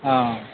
आं